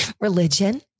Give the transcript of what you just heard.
Religion